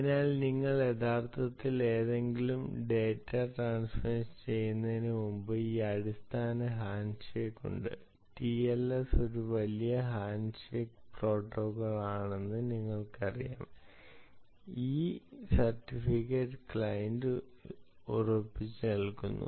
അതിനാൽ നിങ്ങൾ യഥാർത്ഥത്തിൽ ഏതെങ്കിലും ഡാറ്റാ ട്രാൻസ്മിഷൻ ചെയ്യുന്നതിന് മുമ്പ് ഈ അടിസ്ഥാന ഹാൻഡ്ഷേക്ക് ഉണ്ട് ടിഎൽഎസ് ഒരു വലിയ ഹാൻഡ്ഷേക്ക് പ്രോട്ടോക്കോൾ ആണെന്ന് നിങ്ങൾക്ക് അറിയാം ഈ സർട്ടിഫിക്കറ്റ് ക്ലയൻറ് പരിശോധിച്ചുറപ്പിക്കുന്നു